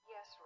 Yes